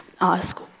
ask